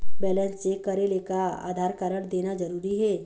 Balance check करेले का Aadhaar card देना जरूरी हे?